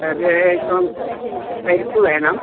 അത് ഇപ്പോൾ പരിപ്പ് വേണം